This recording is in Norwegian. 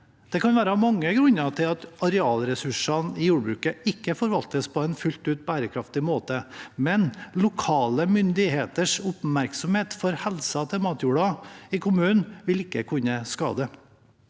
Det kan være mange grunner til at arealressursene i jordbruket ikke forvaltes på en fullt ut bærekraftig måte, men lokale myndigheters oppmerksomhet for helsen til matjorden i kommunen vil ikke kunne skade.